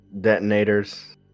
detonators